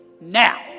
now